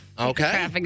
Okay